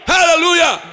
Hallelujah